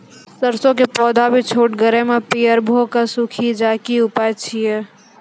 सरसों के पौधा भी छोटगरे मे पौधा पीयर भो कऽ सूख जाय छै, की उपाय छियै?